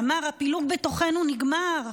ואמר: הפילוג בתוכנו נגמר.